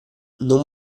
non